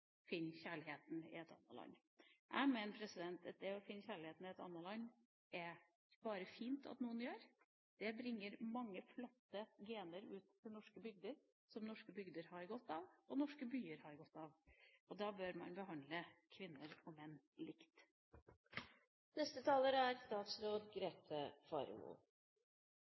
finner kjærligheten i et annet land. Jeg mener at det bare er fint at noen finner kjærligheten i et annet land. Det bringer mange flotte gener ut til norske bygder, som norske bygder har godt av, og som norske byer har godt av, og da bør man behandle kvinner og menn likt. Jeg opplever denne interpellasjonen som viktig, og det er